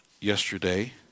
yesterday